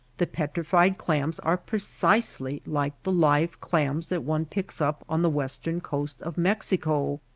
the petrified clams are precisely like the live clams that one picks up on the western coast of mexico.